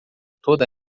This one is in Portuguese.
toda